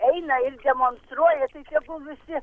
eina ir demonstruoja tai tegul visi